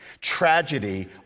Tragedy